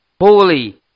Holy